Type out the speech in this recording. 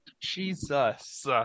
Jesus